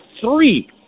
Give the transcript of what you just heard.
three